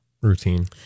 Routine